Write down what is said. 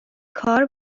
کار